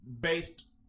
based